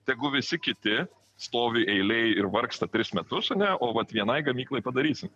tegu visi kiti stovi eilėj ir vargsta tris metus ane o vat vienai gamyklai padarysim